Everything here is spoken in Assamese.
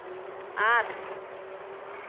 আঠ